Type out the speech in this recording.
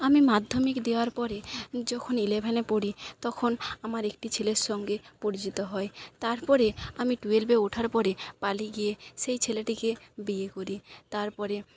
আমি মাধ্যমিক দেওয়ার পরে যখন ইলেভেনে পড়ি তখন আমার একটি ছেলের সঙ্গে পরিচিতি হয় তারপরে আমি টুয়েলভে ওঠার পরে পালিয়ে গিয়ে সেই ছেলেটিকে বিয়ে করি তারপরে